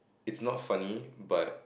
it's not funny but